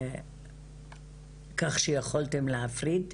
כך שיכולתם להפריד?